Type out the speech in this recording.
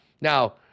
Now